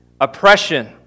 oppression